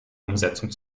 umsetzung